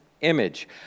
image